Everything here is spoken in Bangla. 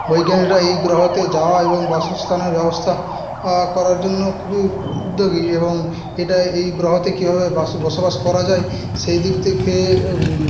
বৈজ্ঞানিকরা এই গ্রহতে যাওয়া এবং বাসস্থানের ব্যবস্থা করার জন্যে খুবই উদ্যোগী এবং এটা এই গ্রহতে কীভাবে বসবাস করা যায় সেই দিক থেকে